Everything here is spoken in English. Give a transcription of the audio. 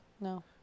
No